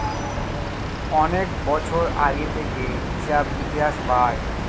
অনেক বছর আগে থেকে হিসাব ইতিহাস পায়